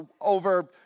over